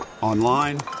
online